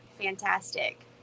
fantastic